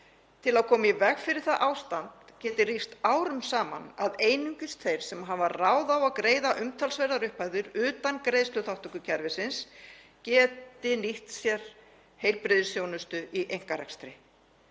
til að koma í veg fyrir að það ástand geti ríkt árum saman að einungis þeir sem hafa ráð á að greiða umtalsverðar upphæðir utan greiðsluþátttökukerfisins geti nýtt sér heilbrigðisþjónustu í einkarekstri.